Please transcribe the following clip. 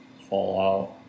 Fallout